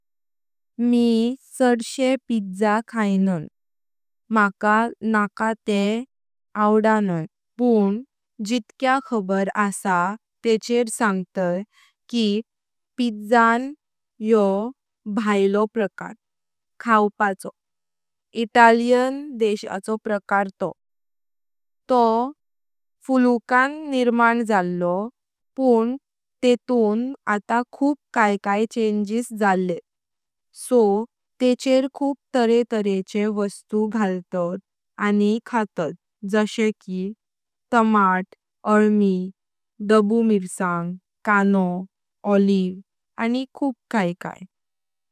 मी चडशे पिझ्झा खाईनां माका नका ते आवडानां पण जितक्या खबर आसा तेचेर सांगताय कि पिझ्झान योह बायलो प्रकार खाऊपाचो इटालियन देशाचो प्रकार तोह तोह फुलुकां निर्मान झालो पंश तेतून आता खूप काई काई चेंजेस जालेत सो तेचेर खूब तारे तारे चे वस्तु घालतात आनी खातात जशे की टमाटो, आलमी, ढाबु मिरसांग, कानो, ऑलिव्ह आनी खूब काई काई।